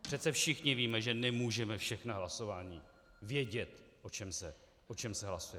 Přece všichni víme, že nemůžeme všechna hlasování vědět, o čem se hlasuje.